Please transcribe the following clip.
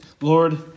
Lord